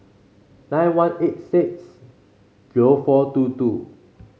nine one eight six zero four two two